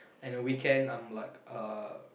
and a weekend I'm like uh